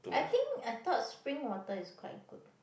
I think I thought spring water is quite good